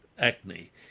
acne